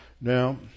Now